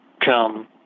come